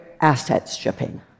asset-stripping